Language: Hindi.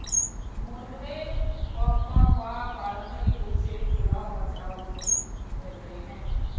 मुरमुरे पॉपकॉर्न व पारम्परिक रूप से फूला हुआ चावल भी कहते है